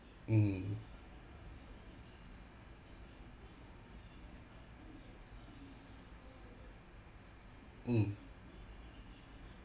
mm mm